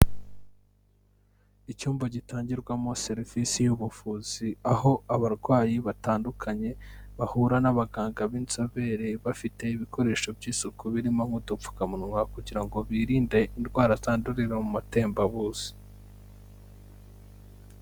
Icyumba gitangirwamo serivisi y'ubuvuzi aho abarwayi batandukanye bahura n'abaganga b'inzobere bafite ibikoresho by'isuku birimo udupfukamunwa kugira ngo birinde indwara zandurira mu matembabuzi.